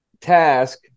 task